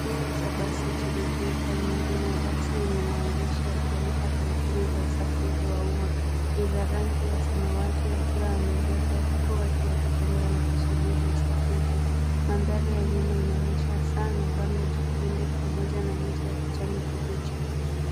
Kituo cha basi chenye pilka nyingi, mabasi yenye maandishi yakionyesha kampuni za usafiri wa umma. Ni za rangi ya samawati yakiwa yameegeshwa huku watu wakitembea na kusubiri usafiri. Mandhari ya nyuma inaonyesha saa na bango jekundu pamoja na miti ya kijani kibichi.